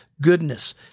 goodness